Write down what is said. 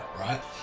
right